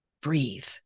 breathe